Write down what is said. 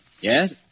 Yes